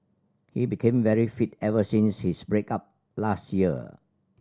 he became very fit ever since his break up last year